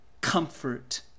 comfort